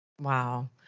Wow